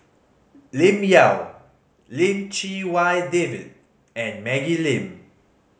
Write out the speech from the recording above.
Lim Yau Lim Chee Wai David and Maggie Lim